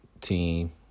team